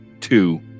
two